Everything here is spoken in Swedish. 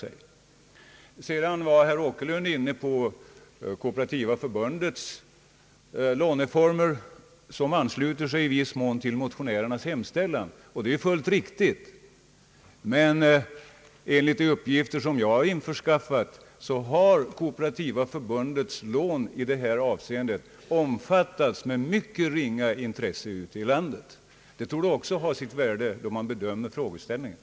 Herr Åkerlund talade även om Kooperativa förbundets låneform, som ju i viss mån ansluter sig till motionärernas hemställan. Det är riktigt, men enligt de uppgifter jag fått har Kooperativa förbundets lån omfattats med ringa intresse ute i landet. Man bör ta hänsyn till detta faktum när man bedömer frågan. samfund eller kyrka, under förutsättning att minst en av de trolovade tillhörde något kristet trossamfund,